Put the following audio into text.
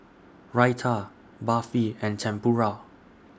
Raita Barfi and Tempura